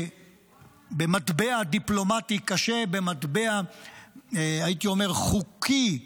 במטבע דיפלומטי קשה, במטבע הייתי אומר חוקי,